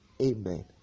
Amen